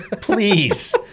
please